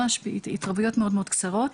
בהתערבויות מאוד מאוד קצרות.